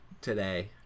today